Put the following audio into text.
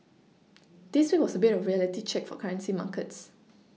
this week was a bit of a reality check for currency markets